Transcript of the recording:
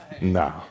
No